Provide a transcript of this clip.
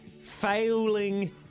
failing